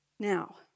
Now